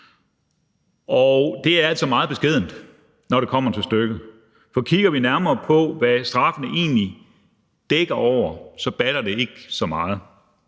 og det er altså meget beskedent, når det kommer til stykket. For kigger vi nærmere på, hvad straffen egentlig dækker over, så batter det ikke så meget.